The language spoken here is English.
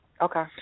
Okay